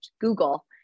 Google